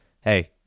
Hey